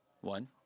one